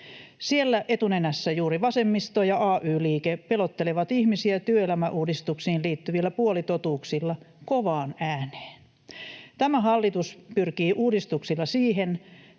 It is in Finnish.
Siellä etunenässä juuri vasemmisto ja ay-liike pelottelevat ihmisiä työelämäuudistuksiin liittyvillä puolitotuuksilla kovaan ääneen. Tämä hallitus pyrkii uudistuksilla siihen,